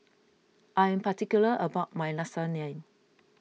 I am particular about my Lasagne